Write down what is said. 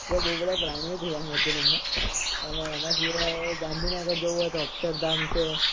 ત્યાં બહુ બધા પ્રાણીઓ જોવા મળશે તમને અને એનાં સિવાય ગાંધીનગર જવું હોય તો અક્ષરધામ છે